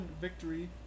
victory